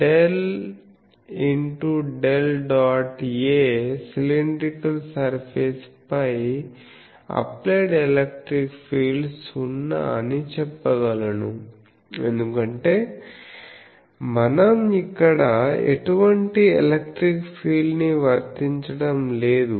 A cylindrical surface పై applied electric field సున్నా అని చెప్పగలను ఎందుకంటే మనం అక్కడ ఎటువంటి ఎలక్ట్రిక్ ఫీల్డ్ ని వర్తించడం లేదు